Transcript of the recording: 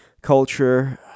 culture